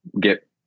get